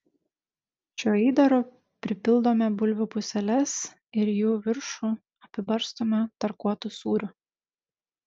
šiuo įdaru pripildome bulvių puseles ir jų viršų apibarstome tarkuotu sūriu